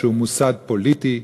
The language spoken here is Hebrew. שהוא מוסד פוליטי,